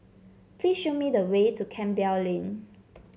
please show me the way to Campbell Lane